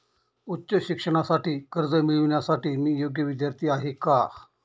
उच्च शिक्षणासाठी कर्ज मिळविण्यासाठी मी योग्य विद्यार्थी आहे का?